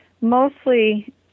mostly